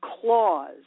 clause